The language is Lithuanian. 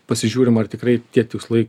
pasižiūrim ar tikrai tie tikslai